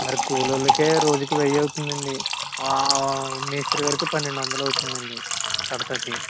మరి కూలోళ్ళకే రోజుకి వేయి అవుతుందండి మేస్త్రి గారికి పన్నెండు వందలు అవుతుందండి కడతాకి